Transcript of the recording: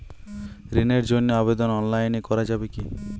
ঋণের জন্য আবেদন অনলাইনে করা যাবে কি?